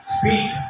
Speak